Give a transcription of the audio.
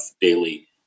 daily